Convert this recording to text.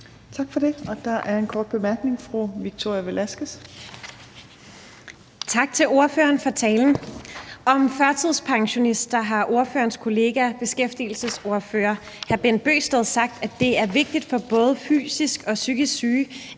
Tak for det. Der er en kort bemærkning fra fru Victoria Velasquez. Kl. 18:29 Victoria Velasquez (EL): Tak til ordføreren for talen. Om førtidspensionister har ordførerens kollega, beskæftigelsesordfører hr. Bent Bøgsted, sagt, at det er vigtigt for både fysisk og psykisk syge,